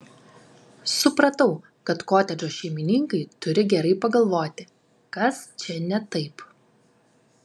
supratau kad kotedžo šeimininkai turi gerai pagalvoti kas čia ne taip